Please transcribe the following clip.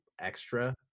extra